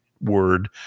word